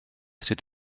sut